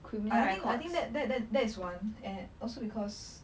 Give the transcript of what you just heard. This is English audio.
I think I think that that that that is one and also because